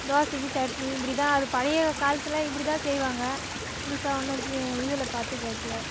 தோசைக்கு சட்னி இப்படி தான் அது பழைய காலத்தில் இப்படி தான் செய்வாங்க புதுசாக ஒன்று இதில் பார்த்து வைக்கல